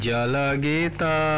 Jalagita